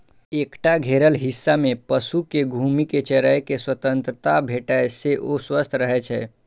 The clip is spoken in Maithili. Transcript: एकटा घेरल हिस्सा मे पशु कें घूमि कें चरै के स्वतंत्रता भेटै से ओ स्वस्थ रहै छै